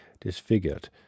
disfigured